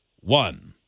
one